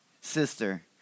sister